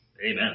amen